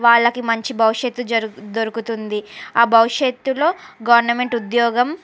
వాళ్ళకి మంచి భవిష్యత్తు జరుగు దొరుకుతుంది ఆ భవిష్యత్తులో గవర్నమెంట్ ఉద్యోగం